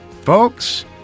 Folks